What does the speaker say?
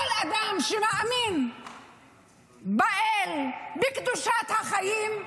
כל אדם שמאמין באל, בקדושת החיים,